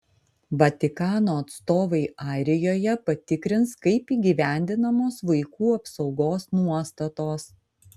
vatikano atstovai airijoje patikrins kaip įgyvendinamos vaikų apsaugos nuostatos